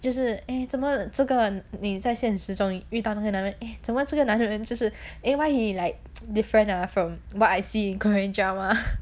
就是 eh 怎么这个你在现实中遇到那些男人 eh 怎么这个男人就是 eh why he like different ah from what I see in korean drama